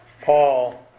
Paul